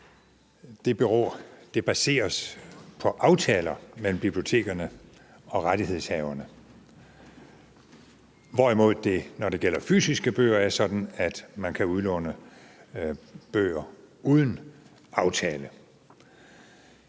e-bøger baseres på aftaler mellem bibliotekerne og rettighedshaverne, hvorimod det, når det gælder fysiske bøger, er sådan, at man kan udlåne bøger uden aftale.